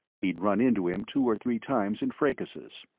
he'd run into him two or three times in fracases.